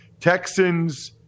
Texans